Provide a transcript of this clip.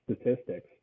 statistics